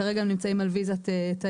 כרגע הם נמצאים על ויזת תיירים,